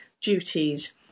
duties